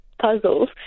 puzzles